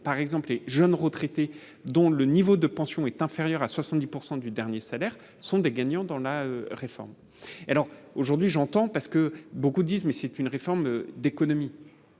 par exemple et jeune retraité dont le niveau de pension est inférieure à 70 pourcent du dernier salaire, ce sont des gagnants dans la réforme, alors aujourd'hui j'entends, parce que beaucoup disent, mais c'est une réforme d'économie